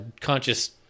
conscious